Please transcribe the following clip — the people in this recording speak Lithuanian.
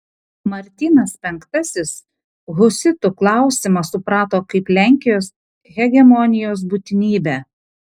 martynas penktasis husitų klausimą suprato kaip lenkijos hegemonijos būtinybę